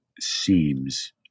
seems